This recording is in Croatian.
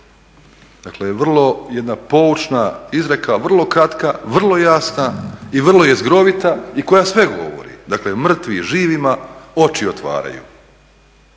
Dakle vrlo jedna poučna izreka, vrlo kratka, vrlo jasna i vrlo jezgrovita i koja sve govori. Dakle mrtvi živima oči otvaraju.